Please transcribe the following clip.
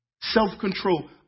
self-control